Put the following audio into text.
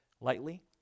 lightly